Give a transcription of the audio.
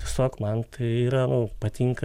tiesiog man tai yra nu patinka